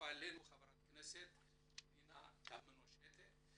הצטרפה אלינו חברת הכנסת פנינה תמנו-שטה.